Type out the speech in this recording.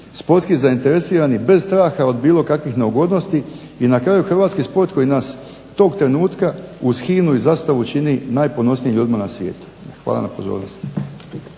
sportski zainteresirani bez straha od bilo kakvih neugodnosti, i na kraju Hrvatski sport koji nas tog trenutka uz himnu i zastavu čini najponosnijim ljudima na svijetu. Hvala na pozornosti.